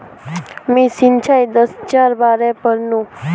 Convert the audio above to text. मी सिंचाई दक्षतार बारे पढ़नु